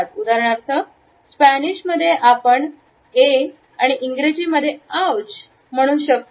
उदाहरणार्थ स्पॅनिश मध्ये आपण ऐ आणि इंग्रजी मध्ये आउच म्हणू शकतो